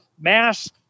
mass